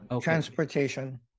transportation